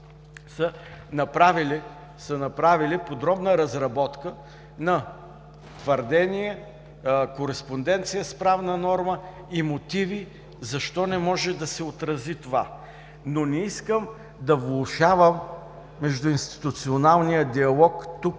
са направили подробна разработка на твърдение, кореспонденция с правна норма и мотиви защо не може да се отрази това, но не искам да влошавам междуинституционалния диалог тук